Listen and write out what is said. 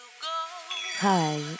Hi